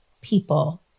people